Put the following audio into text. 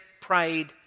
prayed